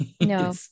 No